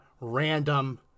random